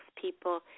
people